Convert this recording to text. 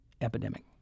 epidemic